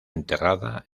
enterrada